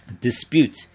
dispute